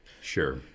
Sure